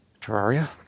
Terraria